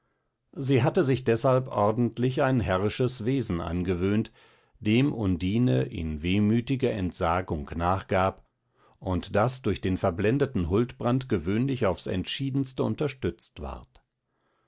sie hatte sich deshalb ordentlich ein herrisches wesen angewöhnt dem undine in wehmütiger entsagung nachgab und das durch den verblendeten huldbrand gewöhnlich aufs entschiedenste unterstützt ward